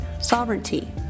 sovereignty